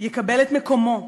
יקבל את מקומו,